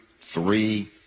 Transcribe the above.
three